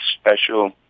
special